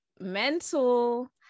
mental